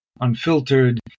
unfiltered